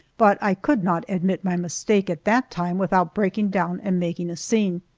but i could not admit my mistake at that time without breaking down and making a scene.